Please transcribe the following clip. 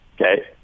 Okay